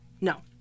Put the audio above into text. no